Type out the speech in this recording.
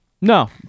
no